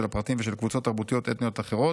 הפרטים ושל קבוצות תרבותיות אתניות אחרות,